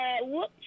Whoops